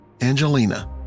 Angelina